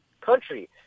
country